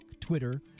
Twitter